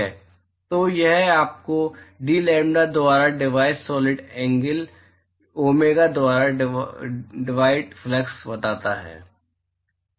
तो यह आपको dlambda द्वारा डिवाइड सॉलिड एंगल डोमेगा द्वारा डिवाइड फ्लक्स बताता है